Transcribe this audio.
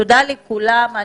תודה לכולם.